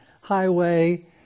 highway